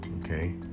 okay